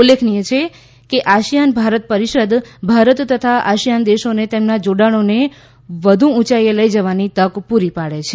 ઉલ્લેખનીય છે કે આસિયાન ભારત પરિષદ ભારત તથા આસિયાન દેશોને તેમના જોડાણોને વધુ ઉંચાઇએ લઈ જવાની તક પૂરી પાડે છે